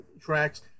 tracks